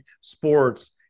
sports